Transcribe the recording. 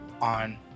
on